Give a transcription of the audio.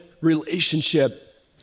relationship